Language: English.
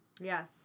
Yes